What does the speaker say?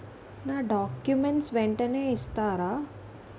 నా డాక్యుమెంట్స్ వెంటనే ఇస్తారా?